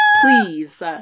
Please